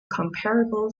comparable